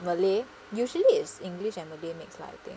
malay usually is english and malay mix lah I think